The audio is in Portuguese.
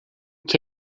que